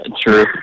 true